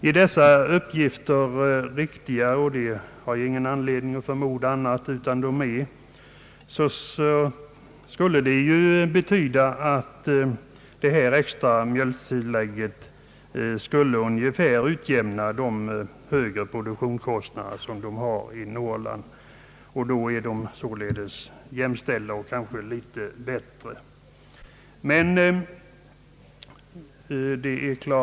Om dessa uppgifter är riktiga, och jag har ingen anledning att förmoda annat, skulle det betyda att det extra mjölkpristillägget jämnar ut skillnaden i fråga om produktionskostnaden. De norrländska jordbrukarna är således jämställda med övriga jordbrukare i landet, kanske rent av litet bättre ställda.